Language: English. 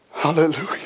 Hallelujah